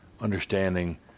understanding